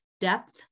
depth